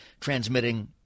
transmitting